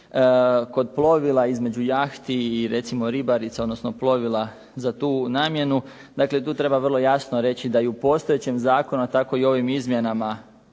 kod polovila između jahti i recimo ribarica, odnosno plovila za tu namjenu. Dakle tu treba vrlo jasno reći da i u postojećem zakonu, a tako i ovim izmjenama